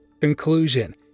Conclusion